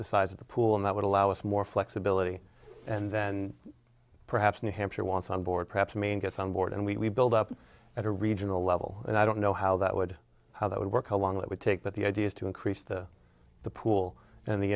the size of the pool and that would allow us more flexibility and then perhaps new hampshire wants onboard perhaps maine gets on board and we build up at a regional level and i don't know how that would how that would work how long that would take but the idea is to increase the the pool in the